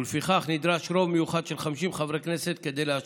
ולפיכך נדרש רוב מיוחד של 50 חברי כנסת כדי לאשרה.